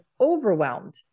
overwhelmed